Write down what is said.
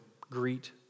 greet